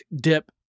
dip